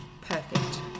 perfect